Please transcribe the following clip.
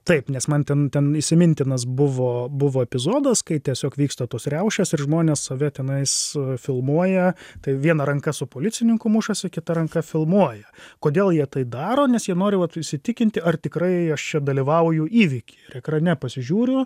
taip nes man ten ten įsimintinas buvo buvo epizodas kai tiesiog vyksta tos riaušės ir žmonės save tenais filmuoja tai viena ranka su policininku mušasi kita ranka filmuoja kodėl jie tai daro nes jie nori vat įsitikinti ar tikrai aš čia dalyvauju įvyky ir ekrane pasižiūriu